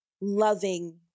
loving